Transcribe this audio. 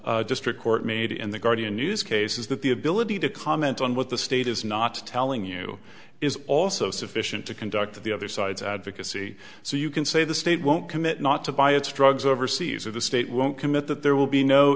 district court made in the guardian news case is that the ability to comment on what the state is not telling you is also sufficient to conduct the other side's advocacy so you can say the state won't commit not to buy its drugs overseas or the state won't commit that there will be no